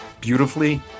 beautifully